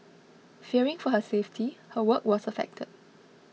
fearing for her safety her work was affected